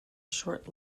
short